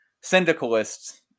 syndicalists